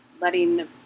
letting